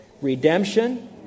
Redemption